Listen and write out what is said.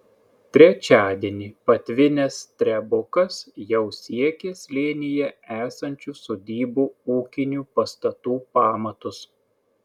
trečiadienį patvinęs strebukas jau siekė slėnyje esančių sodybų ūkinių pastatų pamatus